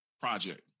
project